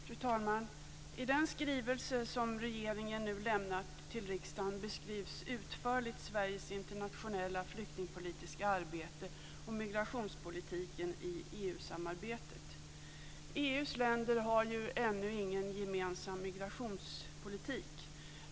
Fru talman! I den skrivelse som regeringen nu lämnat till riksdagen beskrivs utförligt Sveriges internationella flyktingpolitiska arbete och migrationspolitiken i EU-samarbetet. EU:s länder har ju ännu ingen gemensam migrationspolitik.